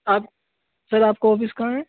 آپ سر آپ کا آفس کہاں ہے